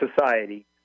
society